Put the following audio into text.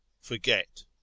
Forget